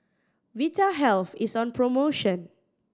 Vitahealth is on promotion